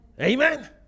Amen